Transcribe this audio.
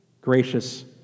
gracious